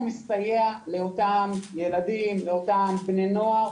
מסייע לאותם ילדים, לאותם בני נוער.